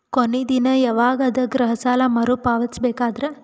ಕೊನಿ ದಿನ ಯವಾಗ ಅದ ಗೃಹ ಸಾಲ ಮರು ಪಾವತಿಸಬೇಕಾದರ?